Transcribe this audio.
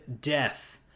Death